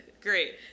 Great